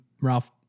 Ralph